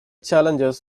challenges